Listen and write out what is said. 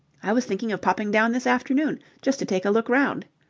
i was thinking of popping down this afternoon, just to take a look round.